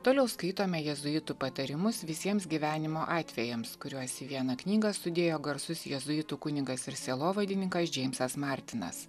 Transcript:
toliau skaitome jėzuitų patarimus visiems gyvenimo atvejams kuriuos į vieną knygą sudėjo garsus jėzuitų kunigas ir sielovadininkas džeimsas martinas